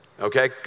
okay